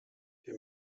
wir